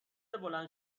بلند